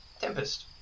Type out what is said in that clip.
Tempest